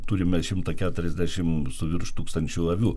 turime šimtą keturiasdešimt su virš tūkstančio avių